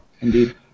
Indeed